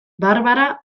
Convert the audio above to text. barbara